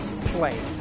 play